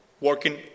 Working